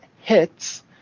hits